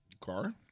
car